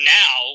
now